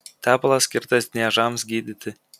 tepalas skirtas niežams gydyti